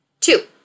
Two